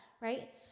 right